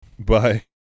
Bye